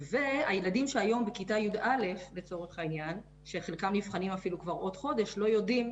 והילדים שהיום בכיתה י"א שחלקם נבחנים אפילו כבר עוד חודשיים לא יודעים